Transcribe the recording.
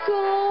go